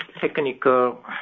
technical